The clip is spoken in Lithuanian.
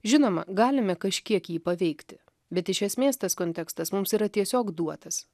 žinoma galime kažkiek jį paveikti bet iš esmės tas kontekstas mums yra tiesiog duotas